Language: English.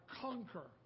conquer